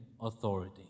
authority